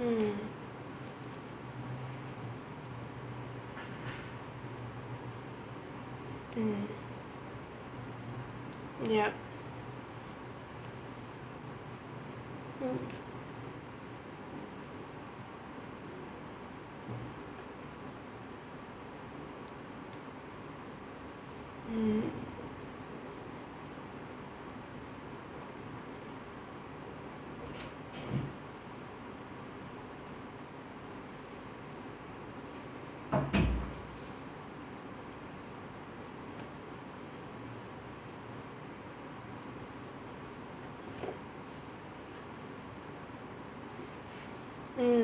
mm mm yup mm mm hmm